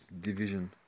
division